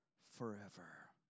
forever